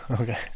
Okay